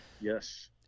Yes